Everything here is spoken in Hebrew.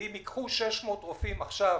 אם ייקחו 600 רופאים עכשיו